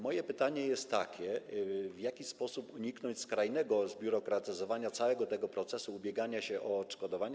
Moje pytanie jest takie: W jaki sposób uniknąć skrajnego zbiurokratyzowania całego tego procesu ubiegania się o odszkodowanie?